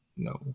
no